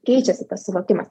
keičiasi tas suvokimas